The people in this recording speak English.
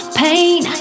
pain